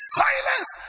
silence